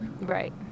right